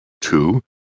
Two